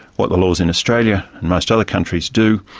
what the laws in australia and most other countries do,